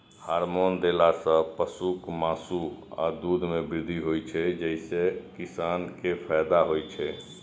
hormone देला सं पशुक मासु आ दूध मे वृद्धि होइ छै, जइसे किसान कें फायदा होइ छै